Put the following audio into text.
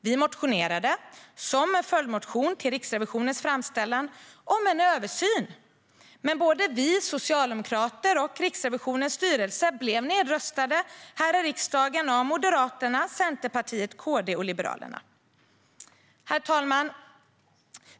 Vi motionerade om en översyn, i en följdmotion till Riksrevisionens framställan, men både vi socialdemokrater och Riksrevisionens styrelse blev här i riksdagen nedröstade av Moderaterna, Centerpartiet, KD och Liberalerna. Herr talman!